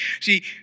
See